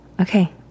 Okay